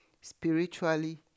spiritually